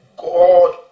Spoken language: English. God